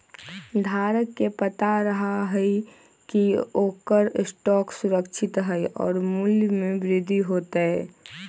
धारक के पता रहा हई की ओकर स्टॉक सुरक्षित हई और मूल्य में वृद्धि होतय